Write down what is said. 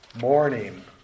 morning